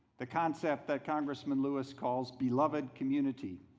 the concept that congressman lewis calls beloved community.